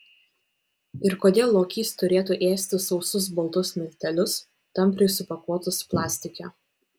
ir kodėl lokys turėtų ėsti sausus baltus miltelius tampriai supakuotus plastike